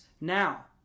Now